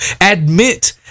admit